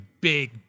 big